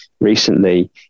recently